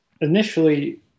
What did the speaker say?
initially